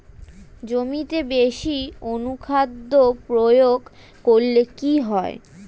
জমিতে বেশি অনুখাদ্য প্রয়োগ করলে কি হয়?